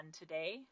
today